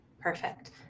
Perfect